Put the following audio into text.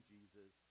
Jesus